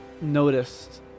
noticed